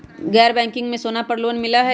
गैर बैंकिंग में सोना पर लोन मिलहई?